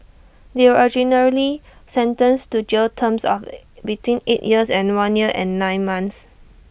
they were originally sentenced to jail terms of between eight years and one year and nine months